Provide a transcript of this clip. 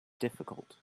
difficult